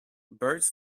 birds